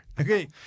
Okay